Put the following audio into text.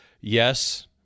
yes